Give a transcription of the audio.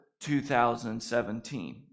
2017